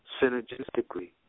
synergistically